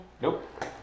Nope